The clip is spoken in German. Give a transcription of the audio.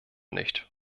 nicht